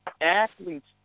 athletes